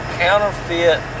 counterfeit